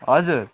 हजुर